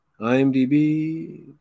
IMDb